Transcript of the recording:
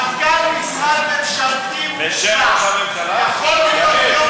מנכ"ל משרד ממשלתי מורשע יכול להיות יום